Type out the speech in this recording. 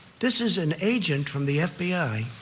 this is an agent from the fbi,